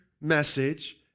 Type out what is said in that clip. message